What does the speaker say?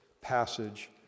passage